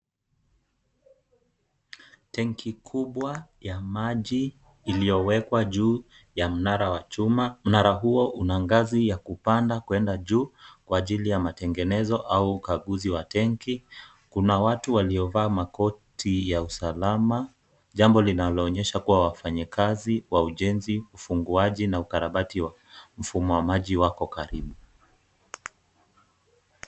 Tanki kubwa ya maji iliyoewekwa juu ya mnara wa chuma. Mnara huo una ngazi ya kupanda kwenda juu kwa ajili ya matengenezo au ukaguzi wa tenki. Kuna watu waliovaa makoti ya usalama, jambo linaloonyesha kuwa wafanyakazi wa ujenzi, ufunguaji na ukarabati wa mfumo wa maji wako karibu.